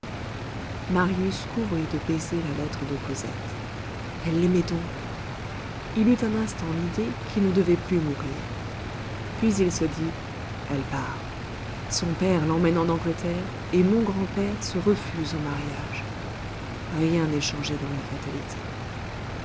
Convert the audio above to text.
marius couvrit de baisers la lettre de cosette elle l'aimait donc il eut un instant l'idée qu'il ne devait plus mourir puis il se dit elle part son père l'emmène en angleterre et mon grand-père se refuse au mariage rien n'est changé dans la fatalité